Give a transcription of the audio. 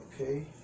Okay